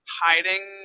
hiding